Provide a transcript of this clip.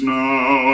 now